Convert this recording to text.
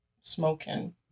smoking